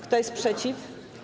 Kto jest przeciw?